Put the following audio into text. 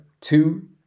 Two